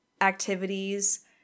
activities